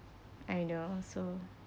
I